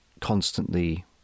constantly